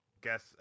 guess